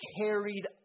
carried